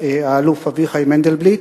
האלוף אביחי מנדלבליט.